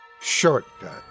Shortcut